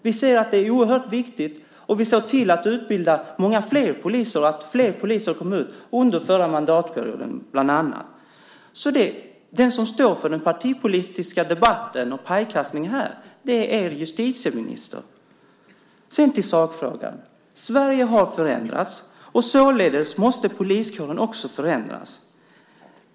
Vi ser att det är oerhört viktigt, och vi såg till att utbilda många fler poliser och att fler poliser kommer ut, bland annat under den förra mandatperioden. Den som står för den partipolitiska debatten och pajkastningen här är justitieministern. Sedan till sakfrågan. Sverige har förändrats, och således måste poliskåren också förändras.